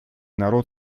народ